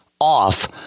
off